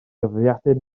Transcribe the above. gyfrifiadur